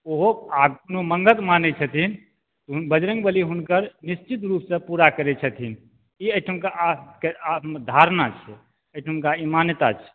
ओहो आ मन्नत माँगै छथिन हुन बजरंगबली हुनकर निश्चित रूप से पूरा करै छथिन ई एहिठाम के धारणा छियै एहिठामके ई मान्यता छियै